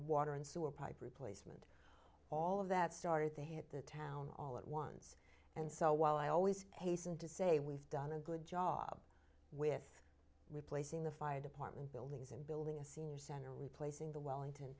water and sewer pipe replacement all of that started to hit the town all at once and so while i always hasten to say we've done a good job with replacing the fire department buildings and building a senior center replacing the wellington